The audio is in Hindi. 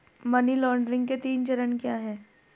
मनी लॉन्ड्रिंग के तीन चरण क्या हैं?